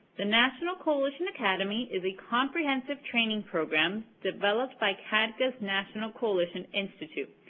the national coalition academy is a comprehensive training program developed by cadca's national coalition institute.